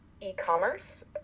e-commerce